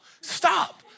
stop